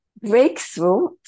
Breakthrough